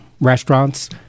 restaurants